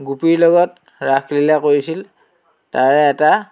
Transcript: গোপীৰ লগত ৰাসলীলা কৰিছিল তাৰে এটা